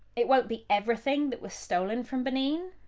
it won't be everything that was stolen from benin,